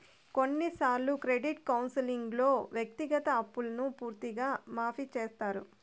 కొన్నిసార్లు క్రెడిట్ కౌన్సిలింగ్లో వ్యక్తిగత అప్పును పూర్తిగా మాఫీ చేత్తారు